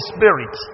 Spirit